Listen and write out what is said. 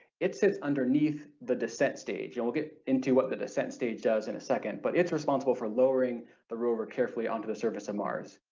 it sits underneath the descent stage and we'll get into what the descent stage does in a second, but it's responsible for lowering the rover carefully onto the surface of mars.